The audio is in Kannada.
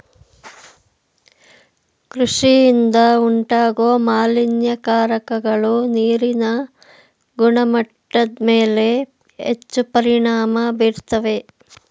ಕೃಷಿಯಿಂದ ಉಂಟಾಗೋ ಮಾಲಿನ್ಯಕಾರಕಗಳು ನೀರಿನ ಗುಣಮಟ್ಟದ್ಮೇಲೆ ಹೆಚ್ಚು ಪರಿಣಾಮ ಬೀರ್ತವೆ